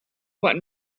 what